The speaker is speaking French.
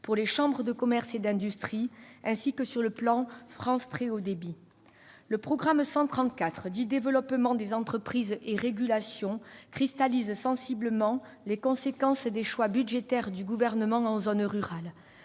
sur les chambres de commerce et d'industrie et sur le plan France Très haut débit. Le Programme 134, « Développement des entreprises et régulations », cristallise sensiblement les conséquences des choix budgétaires du Gouvernement en zone rurale.